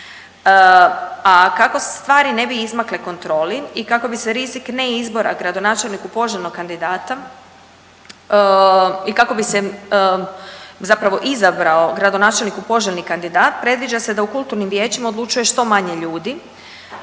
A kako stvari ne bi izmakle kontroli kako bi se rizik ne izbora gradonačelniku poželjnog kandidata i kako bi se zapravo izabrao gradonačelniku poželjni kandidat predviđa se da u kulturnim vijećima odlučuje što manje ljudi,